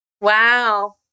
wow